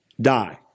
die